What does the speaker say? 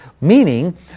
meaning